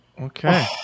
Okay